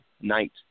night